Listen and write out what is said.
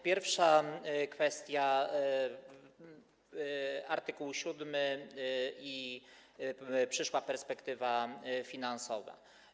Pierwsza kwestia, art. 7 i przyszła perspektywa finansowa.